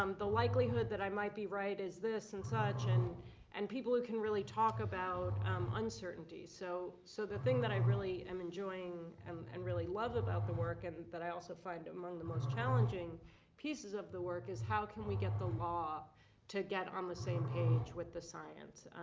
um the likelihood that i might be right is this and such. and and people who can really talk about uncertainty. so so the thing that i really am enjoying um and really love about the work, and that i also find among the most challenging pieces of the work, is how can we get the law to get on the same page with the science?